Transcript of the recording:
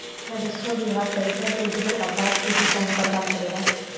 राजस्व विभाग पइसा से जुरल अपराध के भी जांच पड़ताल करेला